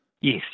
Yes